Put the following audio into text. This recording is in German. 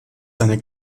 seine